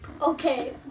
Okay